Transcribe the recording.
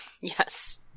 Yes